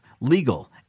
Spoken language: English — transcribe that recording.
legal